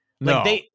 No